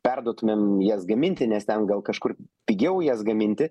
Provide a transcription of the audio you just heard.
perduotumėm jas gaminti nes ten gal kažkur pigiau jas gaminti